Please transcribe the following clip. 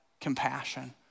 compassion